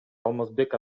алмазбек